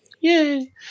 Yay